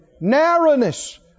Narrowness